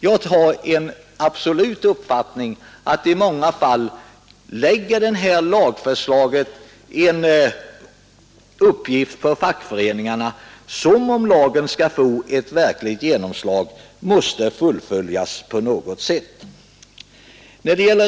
Jag har den bestämda uppfattningen att detta lagförsla många fall på fackföreningarna lägger en uppgift som måste fullföljas på något sätt, om lagen skall få ett riktigt genomslag.